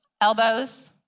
elbows